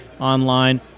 online